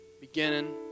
beginning